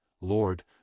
Lord